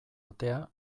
atea